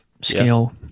scale